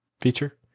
feature